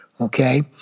Okay